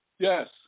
Yes